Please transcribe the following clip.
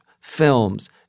films